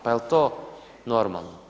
Pa jel to normalno?